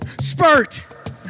Spurt